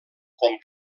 com